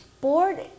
board